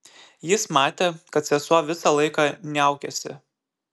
jis matė kad sesuo visą laiką niaukėsi